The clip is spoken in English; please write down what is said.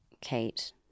Kate